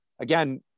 again